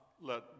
let